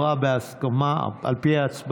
עבודת נוער בהופעות וצילומים),